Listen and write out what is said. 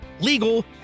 legal